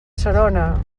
serona